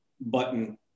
button